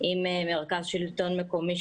עם מרכז שלטון מקומי,